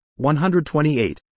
128